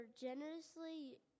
generously